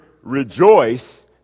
rejoice